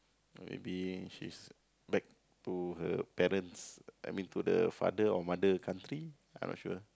will be she's back to her brother I mean to the father or mother country I'm not sure